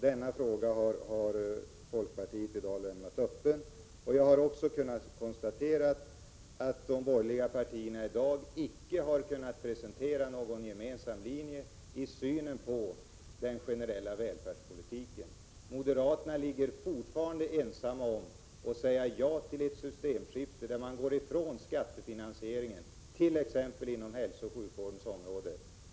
Denna fråga har folkpartiet i dag lämnat öppen. Jag har också kunnat konstatera att de borgerliga partierna i dag icke har kunnat presentera någon gemensam syn på den generella välfärdspolitiken. Moderaterna är fortfarande ensamma om att säga ja till ett systemskifte, där man går ifrån skattefinansieringen inom t.ex. hälsooch sjukvårdens område.